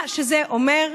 מה שזה אומר,